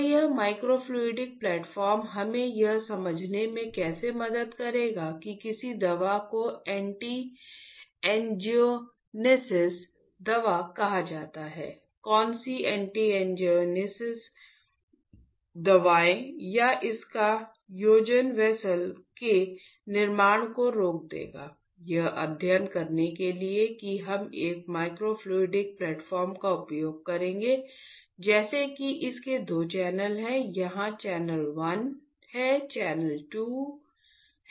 तो यह microfluidic platform हमें यह समझने में कैसे मदद करेगा कि किस दवा को एंटी एंजियोजेनेसिस है